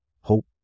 hope